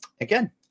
Again